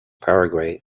paraguay